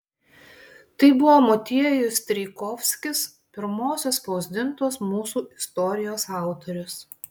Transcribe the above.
tai buvo motiejus strijkovskis pirmosios spausdintos mūsų istorijos autorius